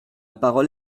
parole